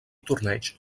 torneig